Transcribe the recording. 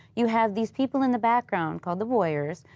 you have these people in the background called the voiers,